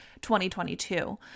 2022